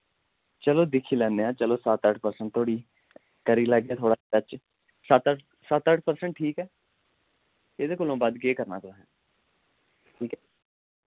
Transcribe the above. चलो दिक्खी लैन्नेआं चलो सत्त अट्ठ परसेंट तोड़ी करी लैगे थोह्ड़ा टच सत्त अट्ठ सत्त अट्ठ परसेंट ठीक ऐ एह्दे कोला बध्द केह् करना तुसें ठीक ऐ